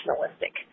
nationalistic